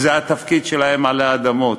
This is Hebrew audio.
וזה התפקיד שלהם עלי אדמות.